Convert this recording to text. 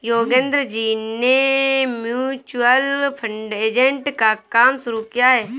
योगेंद्र जी ने mutual fund agent का काम शुरू किया है